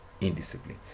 indiscipline